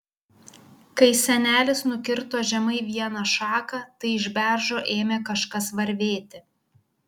kai senelis nukirto žemai vieną šaką tai iš beržo ėmė kažkas varvėti